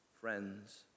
friends